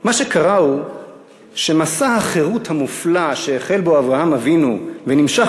מה שקרה הוא שמסע החירות המופלא שהחל בו אברהם אבינו ונמשך